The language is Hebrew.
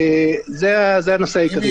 זה הנושא העיקרי.